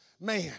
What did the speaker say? man